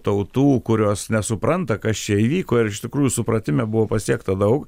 tautų kurios nesupranta kas čia įvyko iš tikrųjų supratime buvo pasiekta daug